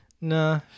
Nah